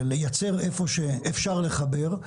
של לייצר איפה שאפשר לחבר,